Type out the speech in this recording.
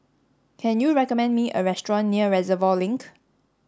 can you recommend me a restaurant near Reservoir Link